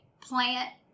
plant